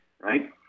right